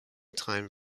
time